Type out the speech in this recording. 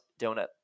donut